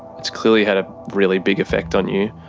it's clearly had a really big effect on you.